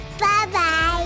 bye-bye